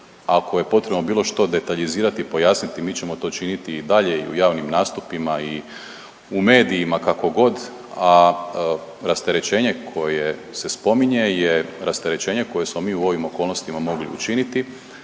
Ako je potrebno bilo što detaljizirati, pojasniti mi ćemo to činiti i dalje u javnim nastupima i u medijima kako god, a rasterećenje koje se spominje je rasterećenje koje smo mi u ovim okolnostima mogli učiniti,